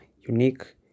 unique